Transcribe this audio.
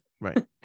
Right